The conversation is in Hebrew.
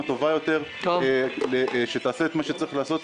טובה יותר שתעשה את מה שצריך לעשות.